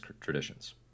traditions